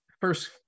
first